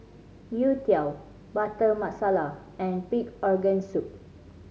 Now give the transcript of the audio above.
youtiao Butter Masala and pig organ soup